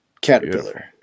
Caterpillar